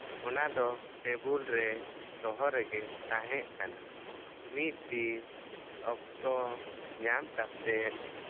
ᱚᱱᱟ ᱫᱚ ᱴᱮᱵᱩᱞ ᱨᱮ ᱫᱚᱦᱚ ᱨᱮᱜᱮ ᱛᱟᱦᱮᱸᱠᱟᱱᱟ ᱢᱤᱫ ᱫᱤᱱ ᱚᱠᱛᱚ ᱧᱟᱢ ᱠᱟᱛᱮ